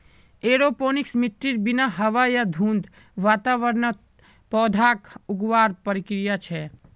aeroponics मिट्टीर बिना हवा या धुंध वातावरणत पौधाक उगावार प्रक्रिया छे